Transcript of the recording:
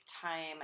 time